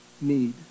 need